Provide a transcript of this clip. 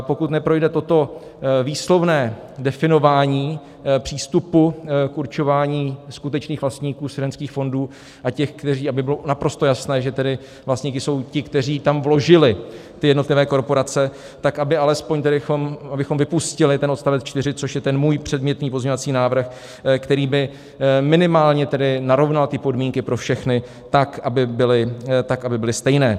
Pokud neprojde toto výslovné definování přístupu k určování skutečných vlastníků svěřenských fondů a těch, kteří... aby bylo naprosto jasné, že tedy vlastníky jsou ti, kteří tam vložili ty jednotlivé korporace, tak abychom alespoň vypustili ten odstavec 4, což je ten můj předmětný pozměňovací návrh, který by minimálně tedy narovnal ty podmínky pro všechny tak, aby byly stejné.